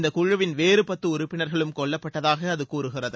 இந்த குழுவின் வேறு பத்து உறுப்பினர்களும் கொல்லப்பட்டதாக அது கூறுகிறது